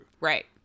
Right